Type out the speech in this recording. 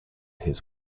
his